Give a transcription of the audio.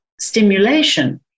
stimulation